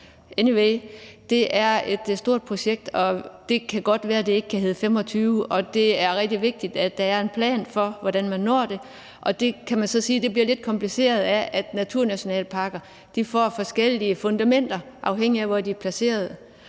Anyway, det er et stort projekt, og det kan godt være, at det ikke kan hedde 2025, men det er rigtig vigtigt, at der er en plan for, hvordan man når det. Man kan så sige, at det bliver lidt kompliceret af, at naturnationalparker får forskellige fundamenter, afhængigt af hvor de er placeret.